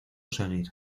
seguir